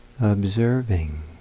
observing